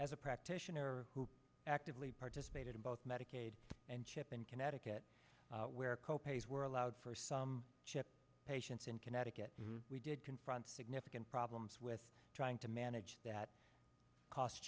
as a practitioner who actively participated in both medicaid and chip in connecticut where co pays were allowed for some schip patients in connecticut we did confront significant problems with trying to manage that cost